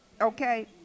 okay